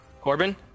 Corbin